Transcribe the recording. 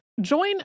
Join